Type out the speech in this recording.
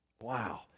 wow